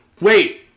Wait